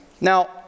Now